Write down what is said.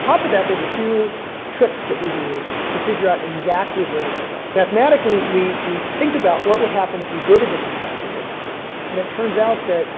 top of that there's a few tricks that we use to figure out exactly where they're gonna go. mathematically, we, we think about what would happen if we did it an infinite number of times, and it turns out that